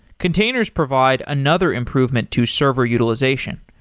containers provide another improvement to server utilization.